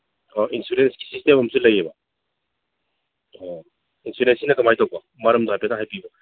ꯑꯣ ꯏꯟꯁꯨꯔꯦꯟꯁꯀꯤ ꯁꯤꯁꯇꯦꯝ ꯑꯃꯁꯨ ꯂꯩꯌꯦꯕ ꯑꯣ ꯏꯟꯁꯨꯔꯦꯟꯁꯁꯤꯅ ꯀꯃꯥꯏ ꯇꯧꯕ ꯃꯔꯝꯗꯣ ꯍꯥꯏꯐꯦꯠꯇ ꯍꯥꯏꯕꯤꯌꯨꯕ